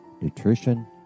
nutrition